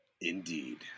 indeed